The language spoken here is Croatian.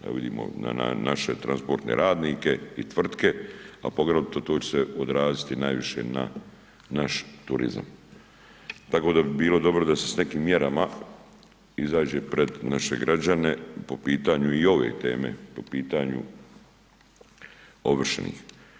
Evo vidimo na naše transportne radnike i tvrtke, a poglavito to će se odraziti najviše na naš turizam tako da bi bilo dobro da se s nekim mjerama izađe pred naše građane po pitanju i ove teme, po pitanju ovršnih.